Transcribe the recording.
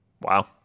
Wow